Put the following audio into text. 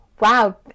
wow